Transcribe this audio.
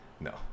No